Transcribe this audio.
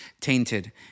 tainted